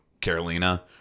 Carolina